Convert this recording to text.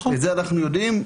את זה אנחנו יודעים,